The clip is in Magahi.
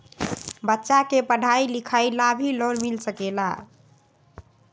बच्चा के पढ़ाई लिखाई ला भी लोन मिल सकेला?